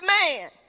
man